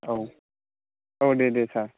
औ औ दे दे सार